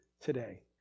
today